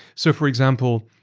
so for example,